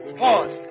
pause